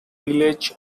village